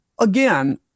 Again